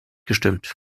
gestimmt